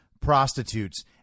prostitutes